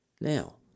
Now